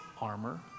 armor